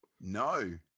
No